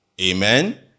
Amen